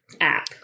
app